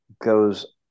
goes